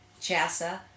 Chassa